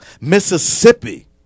Mississippi